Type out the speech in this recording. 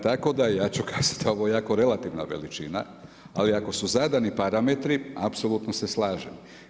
Tako da ja ću kazati ovo je jako relativna veličina, ali ako su zadani parametri apsolutno se slažem.